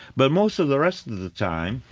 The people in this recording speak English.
but most of the rest and of the time,